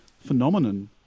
phenomenon